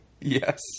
Yes